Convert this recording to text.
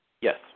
Yes